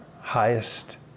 highest